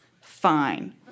Fine